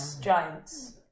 giants